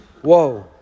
whoa